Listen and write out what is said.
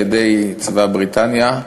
על-ידי צבא בריטניה.